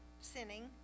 sinning